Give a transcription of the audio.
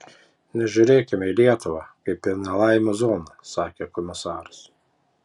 nežiūrėkime į lietuvą kaip į nelaimių zoną sakė komisaras